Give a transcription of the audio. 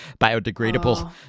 biodegradable